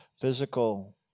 physical